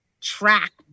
track